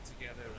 together